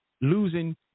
Losing